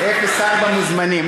04 מוזמנים.